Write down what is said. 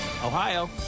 Ohio